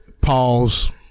Pause